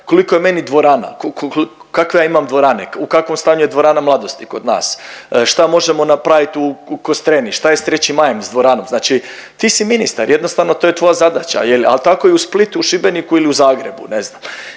koliko je meni dvorana, kakve ja imam dvorane, u kakvom stanju je dvorana Mladosti kod nas, šta možemo napravit u Kostreni, šta je s 3. majem s dvoranom, znači ti si ministar. Jednostavno to je tvoja zadaća, je li ali tako i u Splitu, u Šibeniku ili u Zagrebu, ne znam